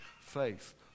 faith